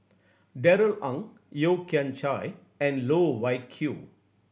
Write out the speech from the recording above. Darrell Ang Yeo Kian Chai and Loh Wai Kiew